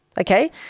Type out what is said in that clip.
Okay